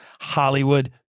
Hollywood